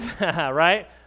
right